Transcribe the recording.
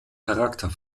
charakter